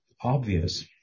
obvious